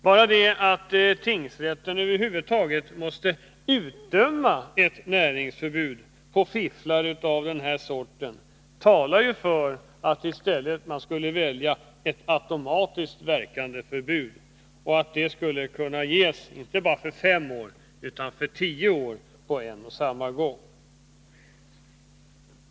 Bara det att tingsrätten över huvud taget måste utdöma ett näringsförbud för fifflare av den här sorten talar för att man i stället skulle välja ett automatiskt verkande förbud. Ett sådant skulle kunna ges inte bara för fem år utan för tio år på en och samma gång.